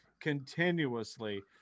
continuously